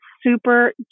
super